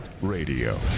Radio